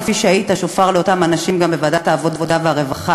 כפי שהיית שופר לאותם אנשים גם בוועדת העבודה והרווחה.